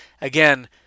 Again